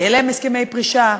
יהיו להם הסכמי פרישה?